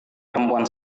perempuan